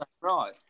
Right